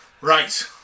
Right